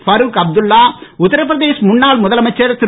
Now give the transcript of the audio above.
பருக் அப்துல்லா உத்திரபிரதேஷ் முன்னாள் முதலமைச்சர் திரு